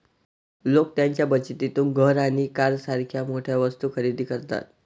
लोक त्यांच्या बचतीतून घर आणि कारसारख्या मोठ्या वस्तू खरेदी करतात